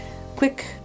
Quick